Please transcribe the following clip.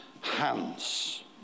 hands